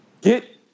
get